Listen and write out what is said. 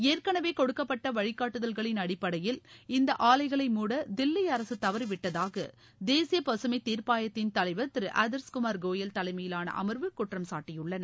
ஏற்கனவே கொடுக்கப்பட்ட வழிகாட்டுதல்களின் அடிப்படையில் இந்த ஆலைகளை மூட தில்லி அரசு தவறிவிட்டதாக தேசிய பசுமை தீர்ப்பாயத்தின் தலைவர் திரு ஆதர்ஸ்குமர் கோயல் தலைமையிலான அமர்வு குற்றம்சாட்டியுள்ளது